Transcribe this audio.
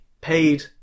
paid